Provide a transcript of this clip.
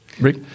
Rick